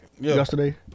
Yesterday